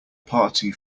party